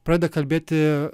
pradeda kalbėti